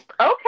okay